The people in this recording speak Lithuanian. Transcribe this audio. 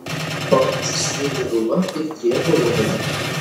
pabaisa su gaidžio galva ir driežo uodega